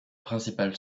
principale